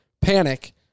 panic